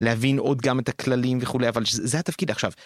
להבין עוד גם את הכללים וכולי, אבל זה התפקיד עכשיו.